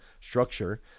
structure